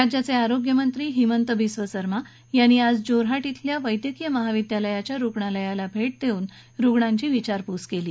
राज्याचे आरोग्यमंत्री हिमंत बिस्व सर्मा यांनी आज जोरहाट अेल्या वैद्यकीय महाविद्यालयाच्या रुग्णालयाला भेट देऊन रुग्णांची विचारपूस केली